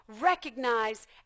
recognize